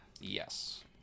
Yes